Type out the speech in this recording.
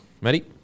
Matty